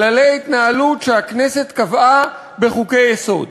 כללי ההתנהלות שהכנסת קבעה בחוקי-יסוד.